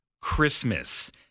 Christmas